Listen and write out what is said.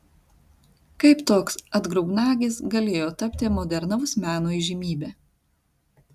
kaip toks atgrubnagis galėjo tapti modernaus meno įžymybe